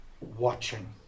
watching